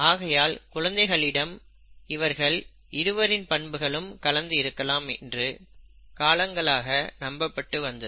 ஆகையால் குழந்தைகளிடம் இவர்கள் இருவரின் பண்புகளும் கலந்து இருக்கலாம் என்று பல காலங்களாக நம்பப்பட்டு வந்தது